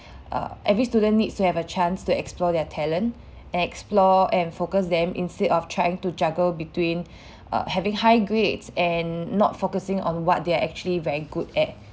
uh every student needs to have a chance to explore their talent and explore and focus them instead of trying to juggle between uh having high grades and not focusing on what they are actually very good at